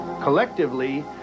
Collectively